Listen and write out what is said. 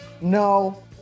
No